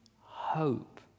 hope